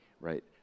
right